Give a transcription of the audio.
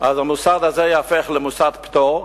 המוסד הזה ייהפך למוסד פטור,